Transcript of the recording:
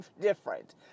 different